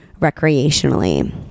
recreationally